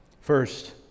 First